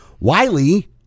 Wiley